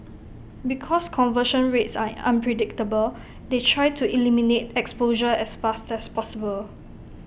because conversion rates are unpredictable they try to eliminate exposure as fast as possible